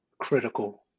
Critical